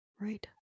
Right